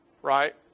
Right